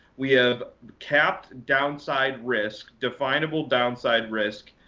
we have capped downside risk definable downside risk.